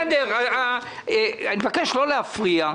אני מבקש לא להפריע.